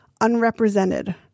unrepresented